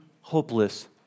hopeless